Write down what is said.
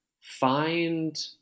find